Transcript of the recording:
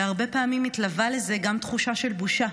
והרבה פעמים מתלווה לזה גם תחושה של בושה.